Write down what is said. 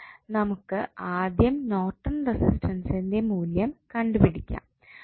എന്നാൽ നമുക്ക് ആദ്യം നോർട്ടൺ റെസിസ്റ്റൻസിന്റെ മൂല്യം കണ്ടുപിടിക്കാം